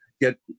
get